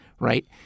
Right